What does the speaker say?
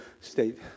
state